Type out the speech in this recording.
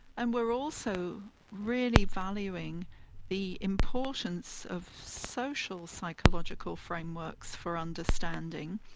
and we are also really valuing the importance of social psychological frameworks for understanding,